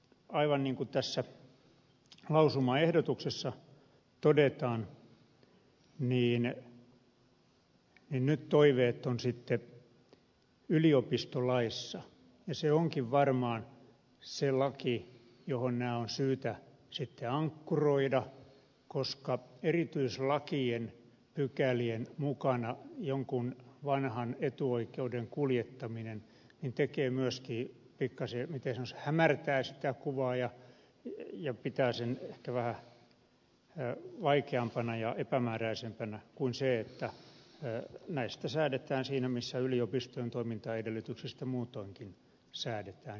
aivan niin kuin tässä lausumaehdotuksessa todetaan nyt toiveet ovat sitten yliopistolaissa ja se onkin varmaan se laki johon nämä on syytä ankkuroida koska erityislakien pykälien mukana jonkun vanhan etuoikeuden kuljettaminen myöskin pikkasen miten sanoisi hämärtää sitä kuvaa ja pitää sen ehkä vähän vaikeampana ja epämääräisempänä kuin se että näistä säädetään siellä missä yliopistojen toimintaedellytyksistä muutoinkin säädetään